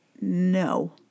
no